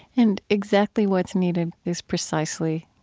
and exactly what's needed is, precisely,